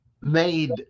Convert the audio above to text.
made